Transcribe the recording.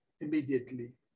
immediately